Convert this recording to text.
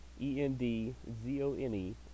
e-n-d-z-o-n-e